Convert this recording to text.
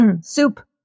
Soup